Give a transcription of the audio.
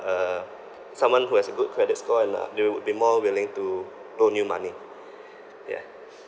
uh someone who has a good credit score and uh they would be more willing to loan you money yeah